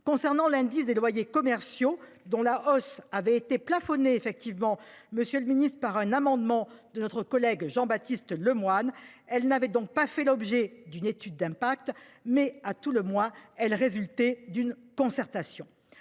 de l'indice des loyers commerciaux, elle avait effectivement été plafonnée par un amendement de notre collègue Jean-Baptiste Lemoyne. Elle n'avait donc pas fait l'objet d'une étude d'impact, mais, à tout le moins, elle résultait d'une concertation.